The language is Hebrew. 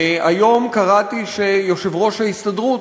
היום קראתי שיושב-ראש ההסתדרות,